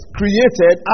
created